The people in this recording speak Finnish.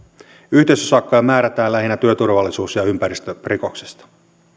yhteisösakkoja määrätään lähinnä työturvallisuus ja ympäristörikoksista